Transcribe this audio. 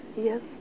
yes